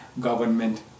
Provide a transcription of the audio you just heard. government